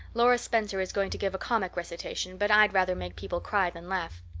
laura spencer is going to give a comic recitation, but i'd rather make people cry than laugh.